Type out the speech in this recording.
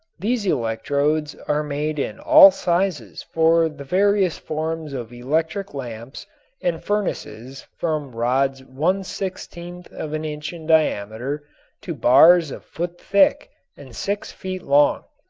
these electrodes are made in all sizes for the various forms of electric lamps and furnaces from rods one-sixteenth of an inch in diameter to bars a foot thick and six feet long.